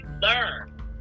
learn